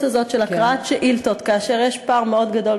הזאת של הקראת שאילתות כאשר יש פער מאוד גדול,